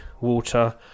water